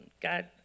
God